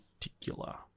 particular